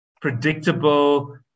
predictable